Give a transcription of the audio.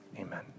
Amen